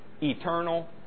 eternal